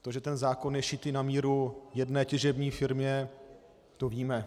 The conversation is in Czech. To, že ten zákon je šitý na míru jedné těžební firmě, to víme.